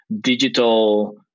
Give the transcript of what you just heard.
digital